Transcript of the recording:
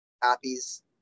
copies